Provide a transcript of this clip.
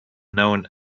known